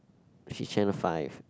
she channel five